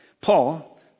Paul